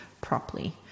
properly